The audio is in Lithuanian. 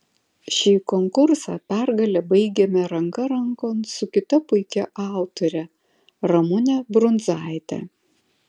šį konkursą pergale baigėme ranka rankon su kita puikia autore ramune brundzaite